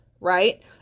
right